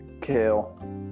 Kale